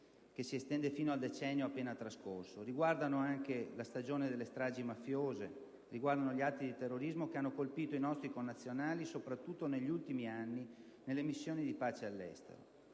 che si estende fino al decennio appena trascorso: riguardano anche la stagione delle stragi mafiose; riguardano gli atti di terrorismo che hanno colpito i nostri connazionali, soprattutto negli ultimi anni, nelle missioni di pace all'estero.